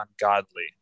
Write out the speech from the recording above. ungodly